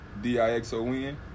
D-I-X-O-N